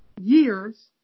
years